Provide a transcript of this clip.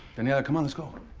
daniella, come on. let's go!